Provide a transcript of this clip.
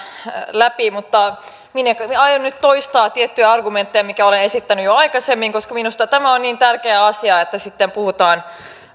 läpi mutta minäkin aion nyt toistaa tiettyjä argumentteja joita olen esittänyt jo aikaisemmin koska minusta tämä on niin tärkeä asia että sitten puhutaan